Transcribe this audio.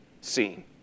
seen